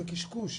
זה קשקוש.